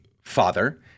father